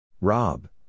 Rob